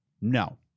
No